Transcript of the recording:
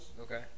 Okay